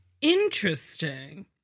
Interesting